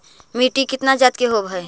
मिट्टी कितना जात के होब हय?